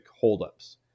holdups